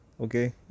okay